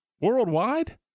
Worldwide